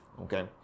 Okay